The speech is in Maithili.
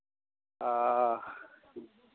आऽ